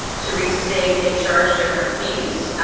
to restate, they charge different fees.